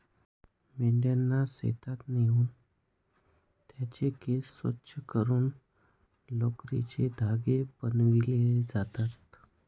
मेंढ्यांना शेतात नेऊन त्यांचे केस स्वच्छ करून लोकरीचे धागे बनविले जातात